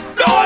no